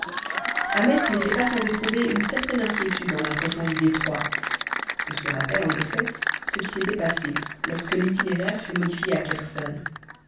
ahmet n'était pas sans éprouver une certaine inquiétude en approchant du détroit on se rappelle en effet ce qui s'était passé lorsque l'itinéraire fut modifié à